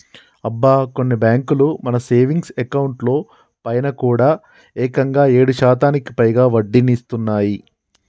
అబ్బా కొన్ని బ్యాంకులు మన సేవింగ్స్ అకౌంట్ లో పైన కూడా ఏకంగా ఏడు శాతానికి పైగా వడ్డీనిస్తున్నాయి